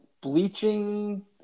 bleaching